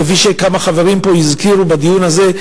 כפי שכמה חברים פה הזכירו בדיון הזה,